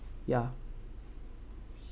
ya